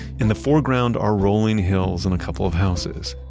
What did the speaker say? in the foreground are rolling hills and a couple of houses.